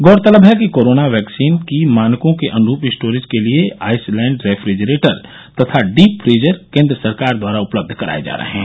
गौरतलब है कि कोरोना वैक्सीन की मानकों के अनुरूप स्टोरेज के लिये आईसलैंड रेफ्रिजरेटर तथा डीप फ्रीजर केन्द्र सरकार द्वारा उपलब्ध कराये जा रहे हैं